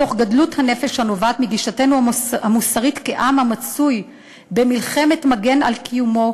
מתוך גדלות הנפש הנובעת מגישתנו המוסרית כעם המצוי במלחמת מגן על קיומו,